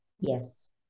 Yes